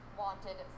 wanted